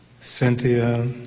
Cynthia